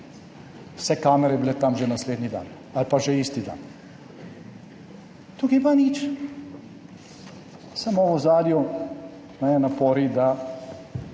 Vse kamere bi bile tam naslednji dan ali pa že isti dan. Tukaj pa nič, samo v ozadju napori,